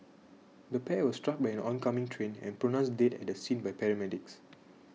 the pair were struck by an oncoming train and pronounced dead at the scene by paramedics